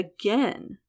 again